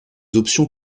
options